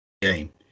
game